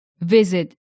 Visit